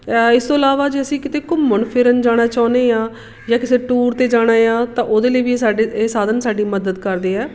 ਇਸ ਤੋਂ ਇਲਾਵਾ ਜੇ ਅਸੀਂ ਕਿਤੇ ਘੁੰਮਣ ਫਿਰਨ ਜਾਣਾ ਚਾਹੁੰਦੇ ਹਾਂ ਜਾਂ ਕਿਸੇ ਟੂਰ 'ਤੇ ਜਾਣਾ ਹੈ ਆ ਤਾਂ ਉਹਦੇ ਲਈ ਵੀ ਇਹ ਸਾਡੇ ਇਹ ਸਾਧਨ ਸਾਡੀ ਮਦਦ ਕਰਦੇ ਹੈ